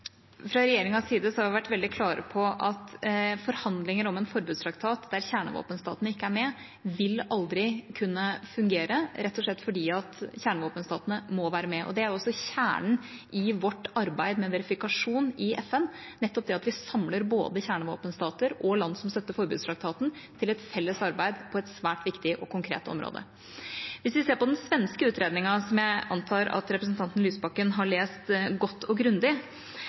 Fra regjeringas side har vi vært veldig klar på at forhandlinger om en forbudstraktat der kjernevåpenstatene ikke er med, aldri vil kunne fungere, rett og slett fordi kjernevåpenstatene må være med. Det er også kjernen i vårt arbeid med verifikasjon i FN, nettopp det at vi samler både kjernevåpenstater og land som støtter forbudstraktaten, til et felles arbeid på et svært viktig og konkret område. Hvis vi ser på den svenske utredningen, som jeg antar at representanten Lysbakken har lest godt og grundig,